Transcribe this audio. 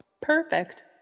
perfect